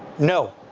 no.